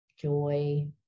joy